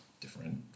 different